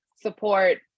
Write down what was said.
support